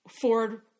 Ford